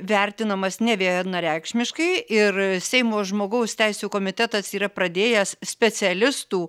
vertinamas nevienareikšmiškai ir seimo žmogaus teisių komitetas yra pradėjęs specialistų